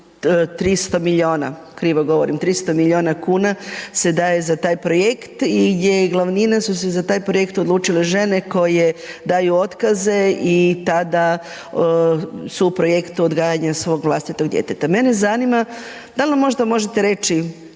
godinu dana i otprilike 300 milijuna kuna se daje za taj projekt i glavnina su se za taj projekt odlučile žene koje daju otkaze i tada su u projektu odgajanja svog vlastitog djeteta. Mene zanima, da li možda možete reći